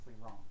wrong